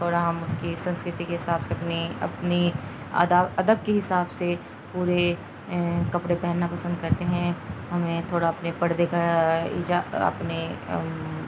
تھوڑا ہم اس کی سنسکرتی کے حساب سے اپنی اپنی ادا ادک کے حساب سے پورے کپڑے پہننا پسند کرتے ہیں ہمیں تھوڑا اپنے پردے کا ایجا اپنے